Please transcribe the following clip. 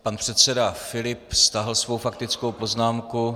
Pan předseda Filip stáhl svou faktickou poznámku.